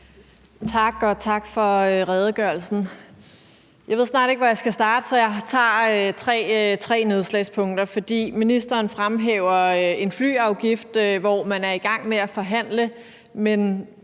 Tak, og tak for redegørelsen. Jeg ved snart ikke, hvor jeg skal starte, så jeg tager tre nedslagspunkter. For ministeren fremhæver en flyafgift, hvor man er i gang med at forhandle.